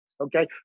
okay